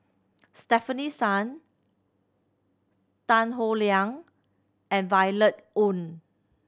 Stefanie Sun Tan Howe Liang and Violet Oon